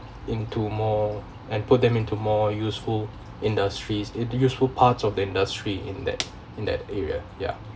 into more and put them into more useful industries into useful part of the industry in that in that area ya